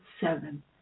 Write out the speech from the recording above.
seven